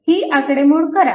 ही आकडेमोड करा